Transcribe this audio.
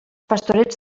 pastorets